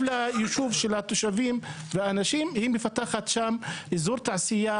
ליישוב של התושבים והאנשים היא מפתחת שם אזור תעשייה